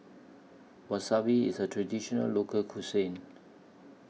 Wasabi IS A Traditional Local Cuisine